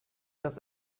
das